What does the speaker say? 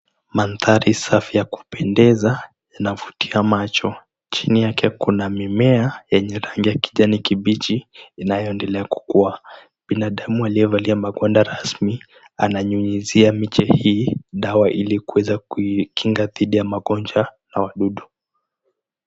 Mandhari safi yakupendeza yanavutia macho chini yake kuna mimea yenye rangi ya kijani kibichi inayoendelea kukuwa, binadamu aliyevalia mavazi rasmi anainyunyiza miche dawa ili kuweza kuikinga dhidi ya magonjwa na wadudu.